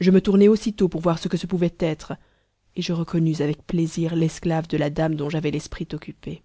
je me tournai aussitôt pour voir ce que ce pouvait être et je reconnus avec plaisir l'esclave de la dame dont j'avais l'esprit occupé